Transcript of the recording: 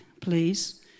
please